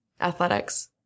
athletics